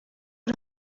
oer